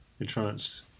entranced